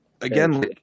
again